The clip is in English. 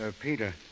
Peter